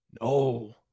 No